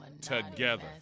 together